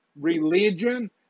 religion